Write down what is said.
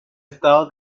estado